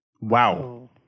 Wow